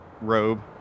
robe